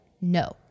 no